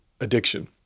addiction